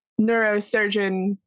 neurosurgeon